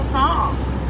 songs